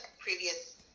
previous